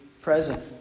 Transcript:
present